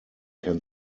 can